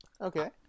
Okay